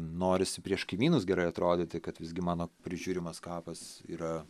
norisi prieš kaimynus gerai atrodyti kad visgi mano prižiūrimas kapas yra